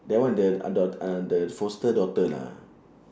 that one that uh daugh~ uh the foster daughter ah